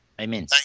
Amen